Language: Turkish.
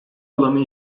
alanı